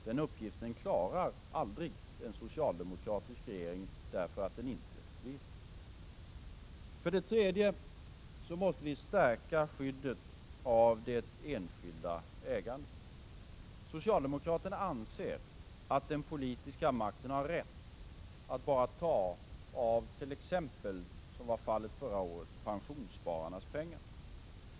Den uppgiften klarar aldrig en socialdemokratisk regering därför att den inte vill. För det tredje: Vi måste stärka skyddet av det enskilda ägandet. Socialdemokraterna anser att den politiska makten har rätt att bara ta av t.ex. pensionsspararnas pengar, vilket var fallet förra året.